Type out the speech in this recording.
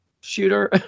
shooter